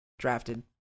drafted